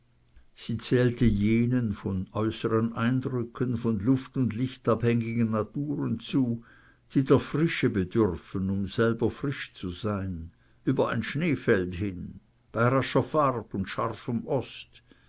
sie zählte jenen von äußeren eindrücken von luft und licht abhängigen naturen zu die der frische bedürfen um selber frisch zu sein über ein schneefeld hin bei rascher fahrt und scharfem ost